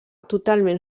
totalment